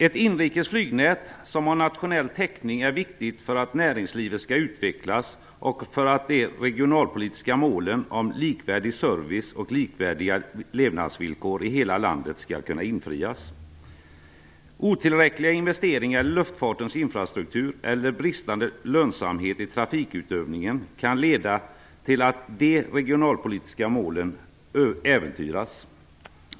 Ett inrikes flygnät, som har nationell täckning, är viktigt för att näringslivet skall utvecklas och för att de regionalpolitiska målen om likvärdig service och likvärdiga levnadsvillkor i hela landet skall kunna infrias. Otillräckliga investeringar i luftfartens infrastruktur eller bristande lönsamhet i trafikutövningen kan leda till att de regionalpolitiska målen äventyras.